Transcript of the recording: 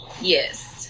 yes